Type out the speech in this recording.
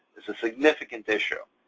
is a significant issue.